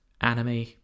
anime